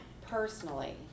personally